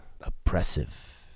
oppressive